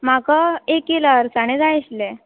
म्हाका एक किल अळसाणें जाय आशिल्ले